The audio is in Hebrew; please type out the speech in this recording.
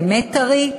או אולי הוא באמת טרי.